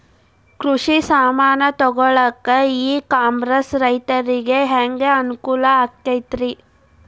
ಕೃಷಿ ಸಾಮಾನ್ ತಗೊಳಕ್ಕ ಇ ಕಾಮರ್ಸ್ ರೈತರಿಗೆ ಹ್ಯಾಂಗ್ ಅನುಕೂಲ ಆಕ್ಕೈತ್ರಿ?